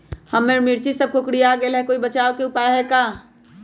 हमर मिर्ची सब कोकररिया गेल कोई बचाव के उपाय है का?